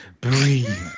breathe